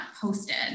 posted